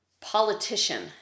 Politician